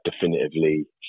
definitively